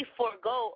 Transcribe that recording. forego